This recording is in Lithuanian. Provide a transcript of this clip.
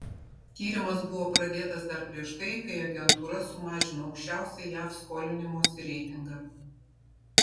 tyrimas buvo pradėtas dar prieš tai kai agentūra sumažino aukščiausią jav skolinimosi reitingą